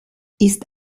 ist